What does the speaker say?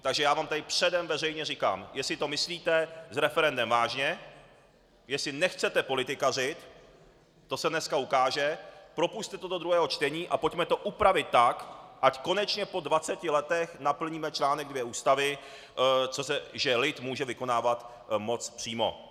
Takže já vám tady předem veřejně říkám, jestli to myslíte s referendem vážně, jestli nechcete politikařit, to se dneska ukáže, propusťte to do druhého čtení a pojďme to upravit tak, ať konečně po dvaceti letech naplníme článek 2 Ústavy, že lid může vykonávat moc přímo.